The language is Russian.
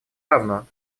равно